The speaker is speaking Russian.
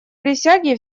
присяге